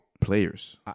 players